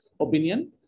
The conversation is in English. opinion